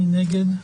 מי נגד?